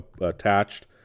attached